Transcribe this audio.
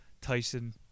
Tyson